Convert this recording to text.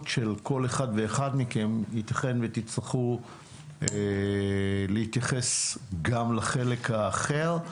של כל אחד ואחד מכם ייתכן ותצטרכו להתייחס גם לחלק האחר.